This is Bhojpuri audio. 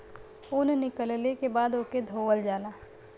ऊन निकलले के बाद ओके धोवल जाला